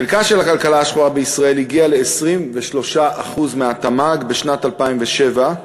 חלקה של הכלכלה השחורה בישראל הגיע ל-23% מהתמ"ג בשנת 2007,